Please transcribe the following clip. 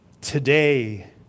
Today